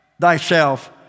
thyself